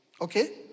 Okay